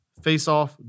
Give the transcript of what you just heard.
faceoff